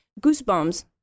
goosebumps